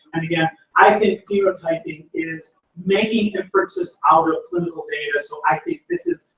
and again, i think phenotyping is making inferences out of clinical data, so i think this is.